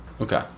Okay